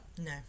No